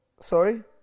Sorry